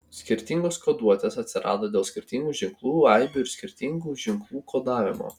skirtingos koduotės atsirado dėl skirtingų ženklų aibių ir skirtingo ženklų kodavimo